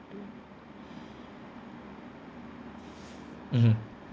mmhmm